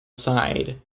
side